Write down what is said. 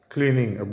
Cleaning